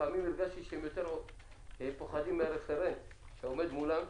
לפעמים הרגשתי שהם יותר פוחדים מהרפרנט שעומד מולם,